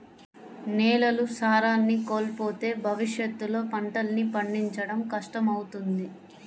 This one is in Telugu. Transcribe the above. నేలలు సారాన్ని కోల్పోతే భవిష్యత్తులో పంటల్ని పండించడం కష్టమవుతుంది